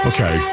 Okay